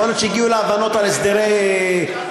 יכול להיות שהגיעו להבנות על הסדרי דיון.